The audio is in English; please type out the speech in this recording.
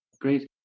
Great